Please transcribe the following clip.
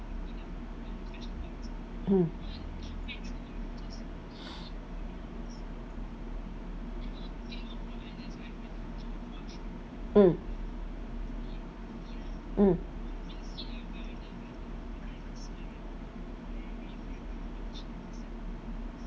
hmm mm mm